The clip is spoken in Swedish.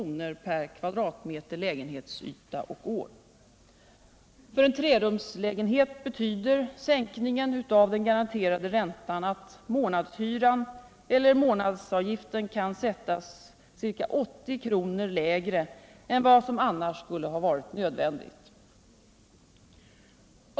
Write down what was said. per kvadratmeter lägenhetsyta och år. För en trerumslägenhet betyder sänkningen av den garanterade räntan att månadshyran eller månadsavgiften kan sättas ca 80 kr. lägre än vad som annars skulle ha varit nödvändigt.